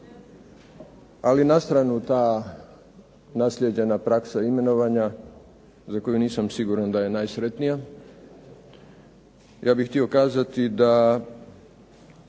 Ali na stranu ta naslijeđena praksa imenovanja za koju nisam siguran da je najsretnija, ja bih htio kazati da